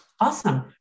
awesome